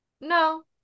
no